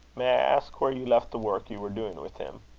may i ask where you left the work you were doing with him?